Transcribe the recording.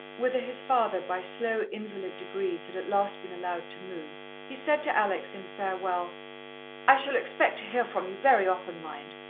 whither his father by slow, invalid degrees had at last been allowed to move, he said to alex in farewell i shall expect to hear from you very often, mind.